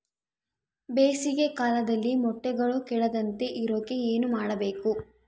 ಬೇಸಿಗೆ ಕಾಲದಲ್ಲಿ ಮೊಟ್ಟೆಗಳು ಕೆಡದಂಗೆ ಇರೋಕೆ ಏನು ಮಾಡಬೇಕು?